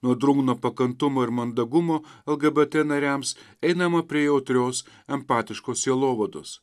nuo drungno pakantumo ir mandagumo lgbt nariams einama prie jautrios empatiškos sielovados